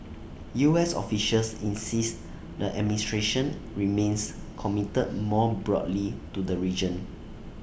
U S officials insist the administration remains committed more broadly to the region